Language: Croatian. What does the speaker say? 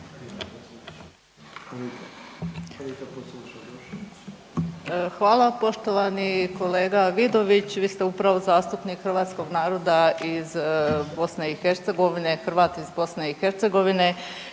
Hvala. Poštovani kolega Vidović vi ste upravo zastupnik hrvatskog naroda iz BiH, Hrvat iz BiH i ono